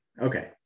Okay